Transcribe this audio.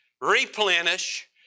replenish